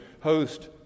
host